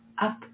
up